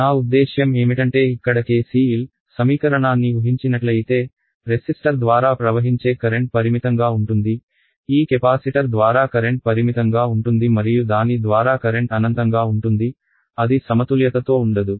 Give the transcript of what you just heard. నా ఉద్దేశ్యం ఏమిటంటే ఇక్కడ కెసిఎల్ సమీకరణాన్ని ఉహించినట్లయితే రెసిస్టర్ ద్వారా ప్రవహించే కరెంట్ పరిమితంగా ఉంటుంది ఈ కెపాసిటర్ ద్వారా కరెంట్ పరిమితంగా ఉంటుంది మరియు దాని ద్వారా కరెంట్ అనంతంగా ఉంటుంది అది సమతుల్యతతో ఉండదు